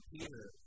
Peter